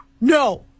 No